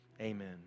Amen